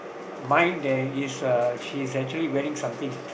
mine there is a she's actually wearing something